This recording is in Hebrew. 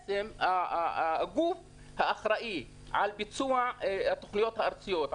הגוף האחראי על ביצוע התוכניות הארציות,